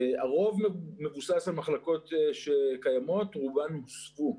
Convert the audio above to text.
הרוב מבוסס על מחלקות שקיימות, רובן הוסבו.